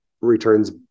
returns